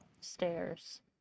Stairs